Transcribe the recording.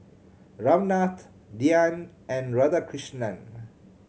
Ramnath Dhyan and Radhakrishnan